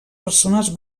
persones